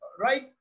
right